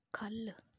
ख'ल्ल